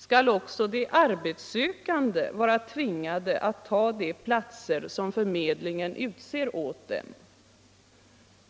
Skall också de arbetssökande vara tvingade att ta de platser som förmedlingen utser åt dem?